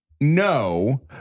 No